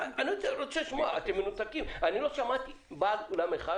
אני רוצה לשמוע - אתם מנותקים - אני לא שמעתי בעל אולם אחד